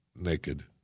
Naked